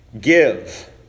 give